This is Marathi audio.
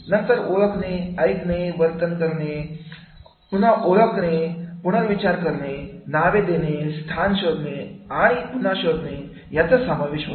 नंतर ओळखणे ऐकणे वर्णन करणे ओळखणे पुनर उपचारित करणे नावे देणे स्थान शोधणे आणि शोधणे यांचा समावेश होतो